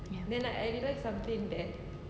ya